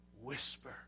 whisper